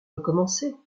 recommencer